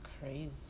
crazy